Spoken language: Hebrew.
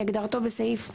כהגדרתו בסעיף 5(ב1),